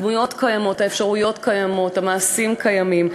הדמויות קיימות, האפשרויות קיימות, המעשים קיימים.